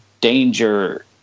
danger